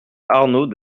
arnaud